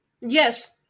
Yes